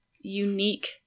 unique